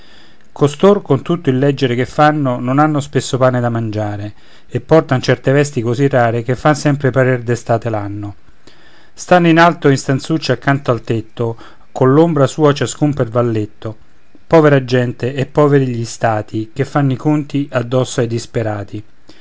professore costor con tutto il leggere che fanno non hanno spesso pane da mangiare e portan certe vesti così rare che fan sempre parer d'estate l'anno stanno in alto in stanzucce accanto al tetto coll'ombra sua ciascuno per valletto povera gente e poveri gli stati che fanno i conti addosso ai disperati